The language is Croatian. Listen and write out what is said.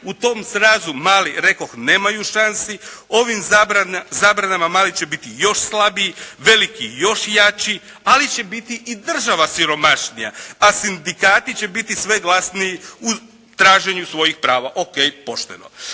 U tom srazu mali rekoh, nemaju šansi. Ovim zabranama mali će biti još slabiji, veliki još jači. Ali će biti i država siromašnija, a sindikati će biti sve glasniji u traženju svojih prava. OK, pošteno.